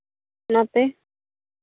ᱚᱱᱟᱛᱮ